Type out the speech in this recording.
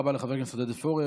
תודה רבה לחבר הכנסת עודד פורר.